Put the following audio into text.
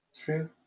true